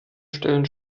stellen